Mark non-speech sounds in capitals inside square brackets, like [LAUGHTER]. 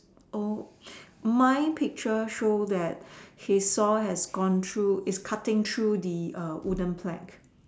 oh [NOISE] my picture show that his saw has gone through is cutting through the err wooden plank